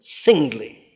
singly